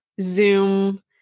Zoom